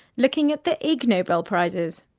looking at the ig nobel prizes.